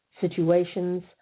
situations